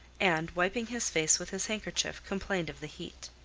and wiping his face with his handkerchief, complained of the heat.